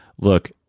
look